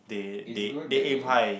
it's good that you